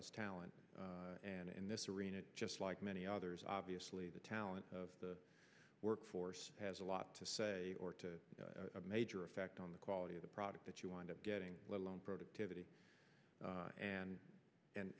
as talent and in this arena just like many others obviously the talent of the workforce has a lot to say or a major effect on the quality of the product that you wind up getting let alone productivity and